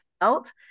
felt